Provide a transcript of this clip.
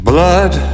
Blood